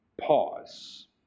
Pause